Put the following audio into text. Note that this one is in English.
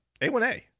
A1A